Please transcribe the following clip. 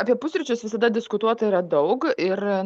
apie pusryčius visada diskutuota yra daug ir